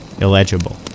illegible